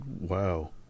Wow